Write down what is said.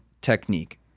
technique